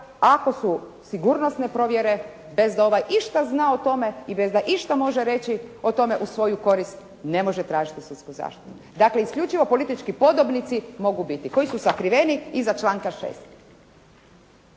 ako su sigurnosne provjere bez da ovaj išta zna o tome i bez da išta može reći o tome u svoju korist ne može tražiti sudsku zaštitu. Dakle, isključivo politički podobnici mogu biti koji su sakriveni iza članka 6.